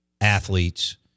athletes